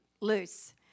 loose